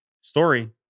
story